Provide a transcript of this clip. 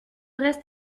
reste